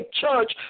church